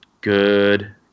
good